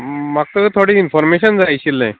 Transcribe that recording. म्हाका थोडें इन्फॉर्मेशन जाय आशिल्लें